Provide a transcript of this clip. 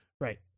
Right